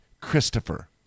Christopher